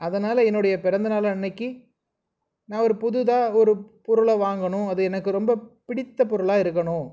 அதனால் என்னுடைய பிறந்த நாள் அன்றைக்கு நான் ஒரு புதிதா ஒரு பொருளை வாங்கணும் அது எனக்கு ரொம்ப பிடித்த பொருளாக இருக்கணும்